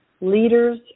leaders